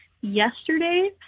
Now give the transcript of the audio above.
yesterday